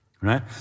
right